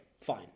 fine